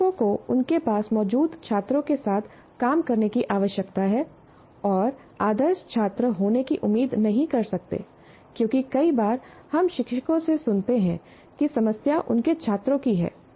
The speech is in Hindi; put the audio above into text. शिक्षकों को उनके पास मौजूद छात्रों के साथ काम करने की आवश्यकता है और आदर्श छात्र होने की उम्मीद नहीं कर सकते क्योंकि कई बार हम शिक्षकों से सुनते हैं कि समस्या उनके छात्रों की है